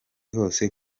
hose